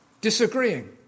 disagreeing